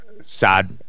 Sad